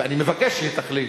ואני מבקש שהיא תחליט,